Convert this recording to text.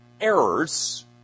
errors